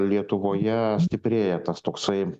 lietuvoje stiprėja tas toksai